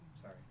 Sorry